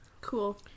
Cool